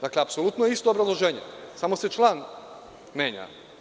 Dakle, apsolutno isto obrazloženje, samo se član menja.